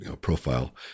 profile